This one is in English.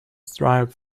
strive